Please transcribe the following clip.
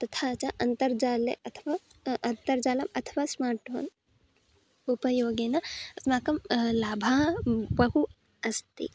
तथा च अन्तर्जाले अथवा अन्तर्जालम् अथवा स्मार्ट् फोन् उपयोगेन अस्माकं लाभः बहु अस्ति